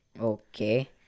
Okay